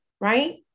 Right